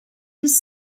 his